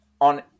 on